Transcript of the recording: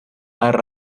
are